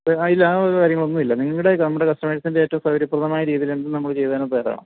ആ ഇല്ല ആ ഒരു കാര്യങ്ങളൊന്നുമില്ല നിങ്ങളുടെ നമ്മുടെ കസ്റ്റമേഴ്സിൻ്റെ ഏറ്റവും സൗകര്യപ്രദമായ രീതിയിലാണ് നമ്മൾ ചെയ്തു തരാൻ തയ്യാറാണ്